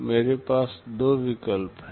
मेरे पास दो विकल्प हैं